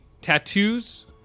tattoos